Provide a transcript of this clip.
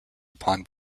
upon